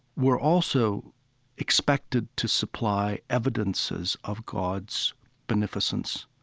were also expected to supply evidences of god's beneficence,